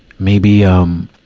maybe, um,